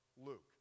Luke